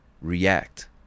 react